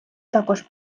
також